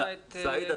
סעיד,